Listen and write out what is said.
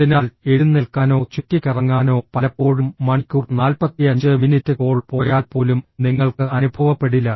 അതിനാൽ എഴുന്നേൽക്കാനോ ചുറ്റിക്കറങ്ങാനോ പലപ്പോഴും മണിക്കൂർ നാൽപ്പത്തിയഞ്ച് മിനിറ്റ് കോൾ പോയാൽ പോലും നിങ്ങൾക്ക് അനുഭവപ്പെടില്ല